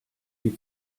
die